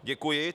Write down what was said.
Děkuji.